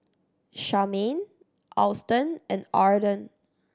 Charmaine Auston and Arden